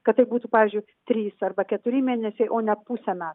kad tai būtų pavyzdžiui trys arba keturi mėnesiai o ne pusė metų